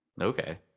okay